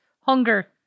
hunger